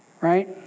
right